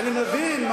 אני מבין,